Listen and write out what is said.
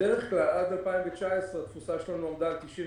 עד 2019 התפוסה שלנו עמדה על 95%,